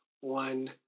one